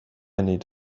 need